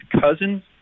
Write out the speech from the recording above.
Cousins